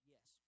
Yes